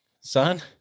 son